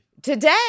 Today